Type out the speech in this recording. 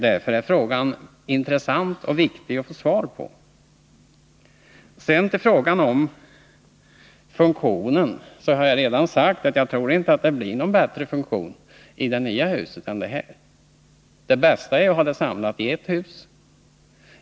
Därför är frågan intressant, och vi bör få svar. Sedan något om funktionen. Jag har redan sagt att jag inte tror att det blir bättre funktion i det nya huset. Det bästa är att ha riksdagen samlad i ett hus.